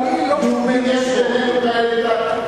רחמנא ליצלן,